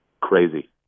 Crazy